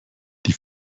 die